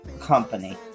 company